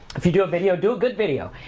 if you do a video, do a good video.